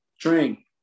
train